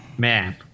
man